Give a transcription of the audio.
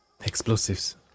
Explosives